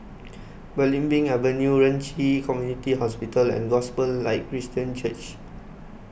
Belimbing Avenue Ren Ci Community Hospital and Gospel Light Christian Church